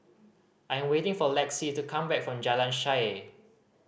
I am waiting for Lexi to come back from Jalan Shaer